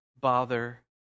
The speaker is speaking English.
bother